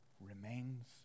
remains